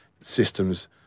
systems